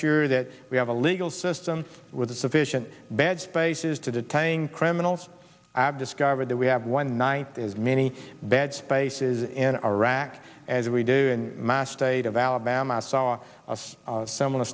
sure that we have a legal system with sufficient bed spaces to detain criminals i've discovered that we have one night as many bad spaces in iraq as we do in mass state of alabama saw a similar